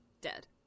dead